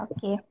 Okay